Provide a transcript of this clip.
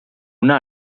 una